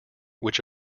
which